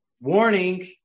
warning